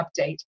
update